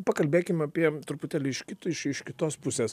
pakalbėkim apie truputėlį iš kit iš iš kitos pusės